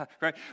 Right